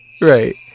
Right